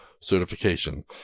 certification